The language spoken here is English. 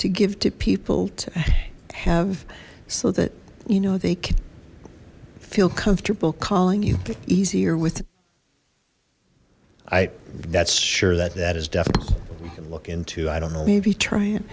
to give to people to have so that you know they could feel comfortable calling you easier with i that's sure that that is definitely you can look into i don't know maybe try it